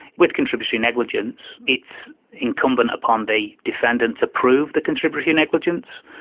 with contributory negligence it's incumbent upon the defendant to prove the contributory negligence.